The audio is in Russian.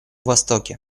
востоке